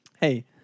Hey